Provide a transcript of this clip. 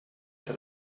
set